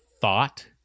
thought